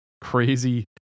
crazy